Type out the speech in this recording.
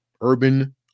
urban